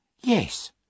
Yes